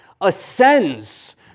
ascends